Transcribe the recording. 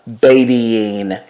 babying